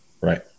Right